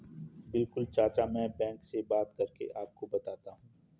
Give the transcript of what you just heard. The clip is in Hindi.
बिल्कुल चाचा में बैंक से बात करके आपको बताता हूं